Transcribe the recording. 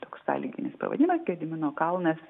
toks sąlyginis pavadina gedimino kalnas